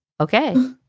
Okay